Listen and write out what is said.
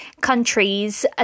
countries